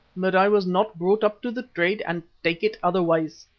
but i was not brought up to the trade and take it otherwise.